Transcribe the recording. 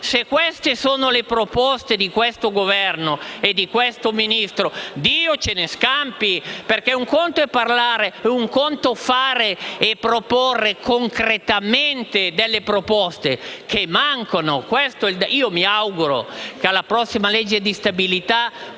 Se queste sono le proposte di questo Governo e di questo Ministro, Dio ce ne scampi, perché un conto è parlare e un conto è proporre concretamente iniziative che mancano. Mi auguro che alla prossima legge di stabilità